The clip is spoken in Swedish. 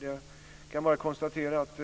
Jag kan bara konstatera att